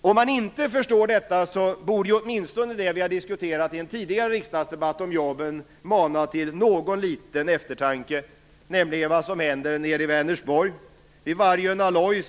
Om man inte förstår detta borde åtminstone det vi har diskuterat i en tidigare riksdagsdebatt om jobben manat till någon liten eftertanke, nämligen vad som händer i Vänersborg vid Vargön Alloy.